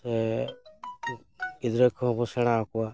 ᱥᱮ ᱜᱤᱫᱽᱨᱟᱹ ᱠᱚᱦᱚᱸᱵᱚᱱ ᱥᱮᱬᱟᱣ ᱠᱚᱣᱟ